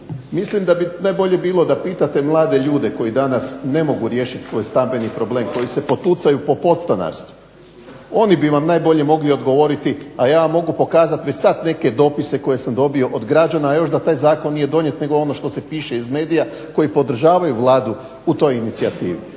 Mislim da bi najbolje bilo da pitate mlade ljude koji danas ne mogu riješit svoj stambeni problem, koji se potucaju po podstanarstvu, oni bi vam najbolje mogli odgovoriti, a ja vam mogu pokazat već sad neke dopise koje sam dobio od građana, a još da taj zakon nije donijet nego ono što se piše iz medija koji podržavaju Vladu u toj inicijativu.